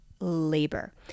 labor